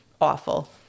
awful